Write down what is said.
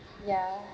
ya